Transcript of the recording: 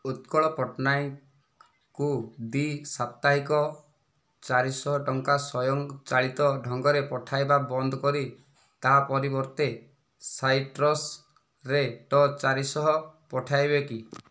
ଉତ୍କଳ ପଟ୍ଟନାୟକଙ୍କୁ ଦୁଇ ସାପ୍ତାହିକ ଚାରିଶହ ଟଙ୍କା ସ୍ୱୟଂ ଚାଳିତ ଢଙ୍ଗରେ ପଠାଇବା ବନ୍ଦ କରି ତା' ପରିବର୍ତ୍ତେ ସାଇଟ୍ରସ୍ରେ ଟ ଚାରିଶହ ପଠାଇବେ କି